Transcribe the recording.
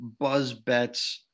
BuzzBets